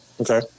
Okay